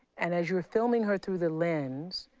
and as you were filming her through the lens,